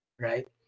right